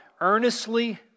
Earnestly